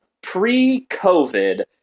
Pre-COVID